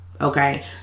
Okay